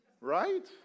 Right